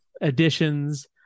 Additions